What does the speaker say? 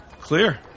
Clear